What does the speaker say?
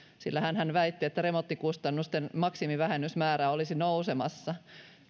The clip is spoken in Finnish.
sillä hänhän väitti että remonttikustannusten maksimivähennysmäärä olisi nousemassa